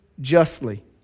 justly